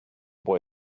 boy